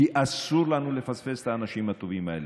כי אסור לנו לפספס את האנשים הטובים האלה.